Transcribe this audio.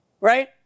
right